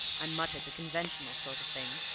i muttered the conventional sort of thing,